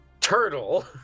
turtle